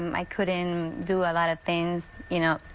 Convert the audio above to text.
um i couldn't do a lot of things, you know